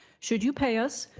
should you pay us,